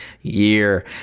year